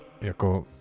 Jako